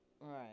right